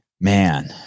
Man